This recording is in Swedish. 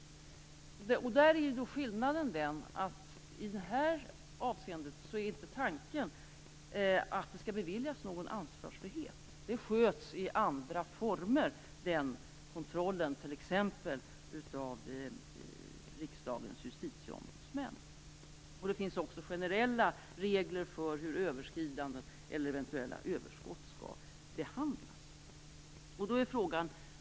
Skillnaden i det här avseendet är att tanken inte är att det skall beviljas någon ansvarsfrihet. Den kontrollen sköts i andra former, t.ex. av Riksdagens ombudsmän. Det finns också generella regler för hur överskridanden eller eventuella överskott skall behandlas.